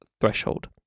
threshold